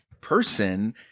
person